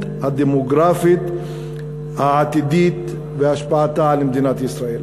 הדמוגרפית העתידית והשפעתה על מדינת ישראל".